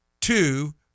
Two